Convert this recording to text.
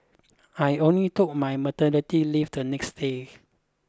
I only took my maternity left the next day